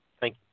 thank